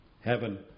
heaven